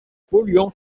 polluants